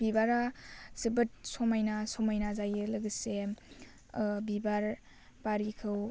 बिबारा जोबोद समाइना समायना जायो लोगोसे बिबार बारिखौ